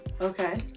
okay